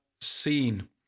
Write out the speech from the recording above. seen